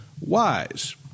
wise